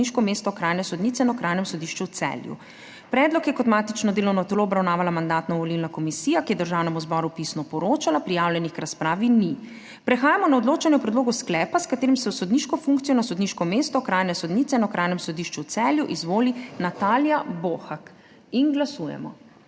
na sodniško mesto okrajne sodnice na Okrajnem sodišču v Celju. Predlog je kot matično delovno telo obravnavala Mandatno-volilna komisija, ki je Državnemu zboru pisno poročala. Prijavljenih k razpravi ni. Prehajamo na odločanje o predlogu sklepa, s katerim se v sodniško funkcijo na sodniško mesto okrajne sodnice na Okrajnem sodišču v Celju izvoli Natalija Bohak. Glasujemo.